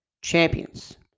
Champions